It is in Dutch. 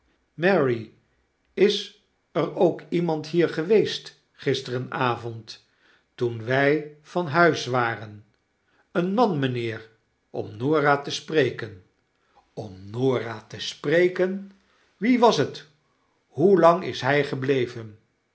mary is er ook iemand hier geweest gisterenavond toen wy van huis waren een man mijnheer om norah te spreken om norah te spreken wiewashet hoelang is hy gebleven